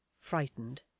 frightened